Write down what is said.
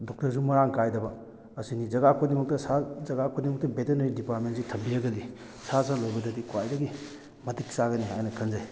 ꯗꯣꯛꯇꯔꯁꯨ ꯃꯔꯥꯡ ꯀꯥꯏꯗꯕ ꯑꯁꯤꯅꯤ ꯖꯒꯥ ꯈꯨꯗꯤꯡꯃꯛꯇ ꯖꯒꯥ ꯈꯨꯗꯤꯡꯃꯛꯇ ꯕꯦꯇꯦꯅꯔꯤ ꯗꯤꯄꯥꯔꯠꯃꯦꯟꯁꯦ ꯊꯝꯕꯤꯔꯒꯗꯤ ꯁꯥ ꯁꯟ ꯂꯣꯏꯕꯗꯗꯤ ꯈ꯭ꯋꯥꯏꯗꯒꯤ ꯃꯇꯤꯛ ꯆꯥꯒꯅꯤ ꯍꯥꯏꯅ ꯈꯟꯖꯩ